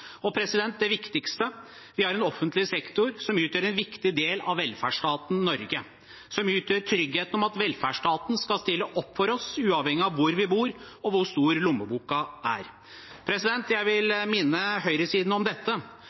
Og det viktigste: Vi har en offentlig sektor som utgjør en viktig del av velferdsstaten Norge, som gir trygghet for at velferdsstaten skal stille opp for oss uavhengig av hvor vi bor, og hvor stor lommeboka er. Jeg vil minne høyresiden om dette